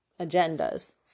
agendas